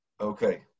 Okay